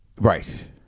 Right